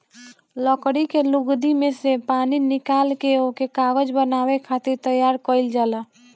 लकड़ी के लुगदी में से पानी निकाल के ओके कागज बनावे खातिर तैयार कइल जाला